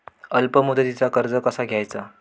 अल्प मुदतीचा कर्ज कसा घ्यायचा?